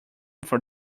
from